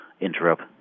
interrupt